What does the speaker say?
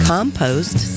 Compost